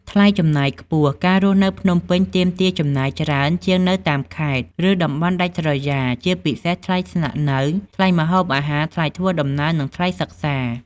ថ្លៃចំណាយខ្ពស់ ការរស់នៅភ្នំពេញទាមទារចំណាយច្រើនជាងនៅតាមខេត្ត ឬតំបន់ដាច់ស្រយាល ជាពិសេសថ្លៃស្នាក់នៅ ថ្លៃម្ហូបអាហារ ថ្លៃធ្វើដំណើរ និងថ្លៃសិក្សា។